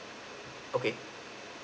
okay